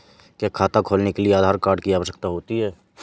क्या खाता खोलने के लिए आधार कार्ड की आवश्यकता होती है?